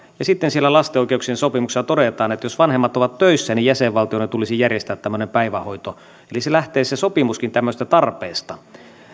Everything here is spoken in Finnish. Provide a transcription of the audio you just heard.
ja sitten siellä lapsen oikeuksien sopimuksessa todetaan että jos vanhemmat ovat töissä niin jäsenvaltioiden tulisi järjestää tämmöinen päivähoito eli se sopimuskin lähtee tämmöisestä tarpeesta